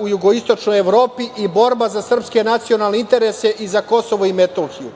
u jugoistočnoj Evropi i borba za srpske nacionalne interese i za Kosovo i Metohiju,